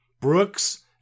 Brooks